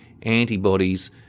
antibodies